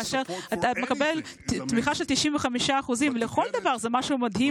כאשר אתה מקבל תמיכה של 95% לכל דבר זה משהו מדהים,